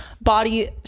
body